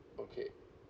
okay